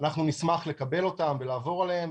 אנחנו נשמח לקבל אותם ולעבור עליהם,